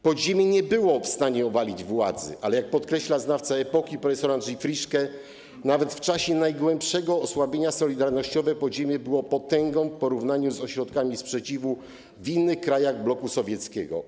Podziemie nie było w stanie obalić władzy, ale jak podkreśla znawca epoki prof. Andrzej Friszke, nawet w czasie najgłębszego osłabienia solidarnościowe podziemie było potęgą w porównaniu z ośrodkami sprzeciwu w innych krajach bloku sowieckiego.